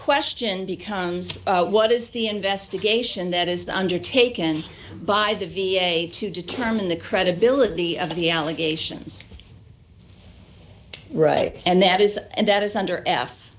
question becomes what is the investigation that is undertaken by the v a to determine the credibility of the allegations right and that is and that is under f